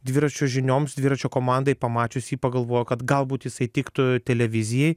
dviračio žinioms dviračio komandai pamačius jį pagalvojo kad galbūt jisai tiktų televizijai